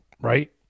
Right